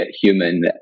human